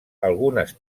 algunes